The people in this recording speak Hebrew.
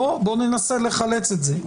בוא ננסה לחלץ את זה.